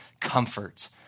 comfort